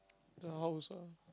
the house ah